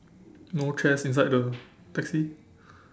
no chairs inside the taxi